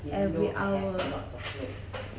even though I have lots of clothes